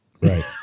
Right